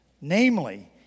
namely